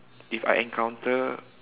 if I encounter